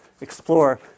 explore